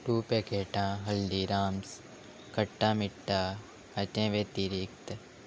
खूब पॅकेटां हल्दीराम्स खट्टा मिठ्ठा हाचें व्यतिरिक्त